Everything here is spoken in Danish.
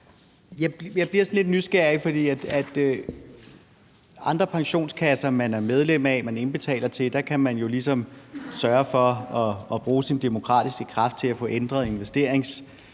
Jeg bliver sådan lidt nysgerrig, for i andre pensionskasser, man er medlem af, og som man indbetaler til, kan man jo ligesom sørge for at bruge sin demokratiske kraft til at få ændret investeringssammensætningerne.